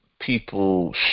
people